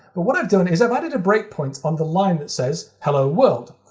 but what i've done is i've added a breakpoint on the line that says hello world.